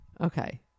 okay